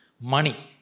money